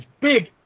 big